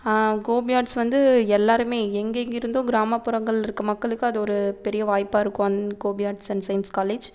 Gopi arts வந்து எல்லோருமே எங்கெங்கிருந்தோ கிராமப்புறங்களில் இருக்க மக்களுக்கு அது ஒரு பெரிய வாய்ப்பாக இருக்கும் அந்த Gobi arts and science college